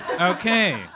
Okay